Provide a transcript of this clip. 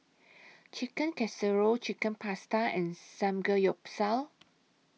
Chicken Casserole Chicken Pasta and Samgeyopsal